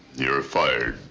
you're ah fired.